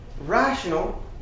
rational